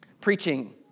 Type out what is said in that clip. preaching